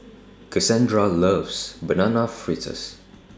Cassandra loves Banana Fritters